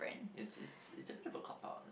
it's it's it's a bit of a cop out lah